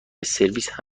سرویس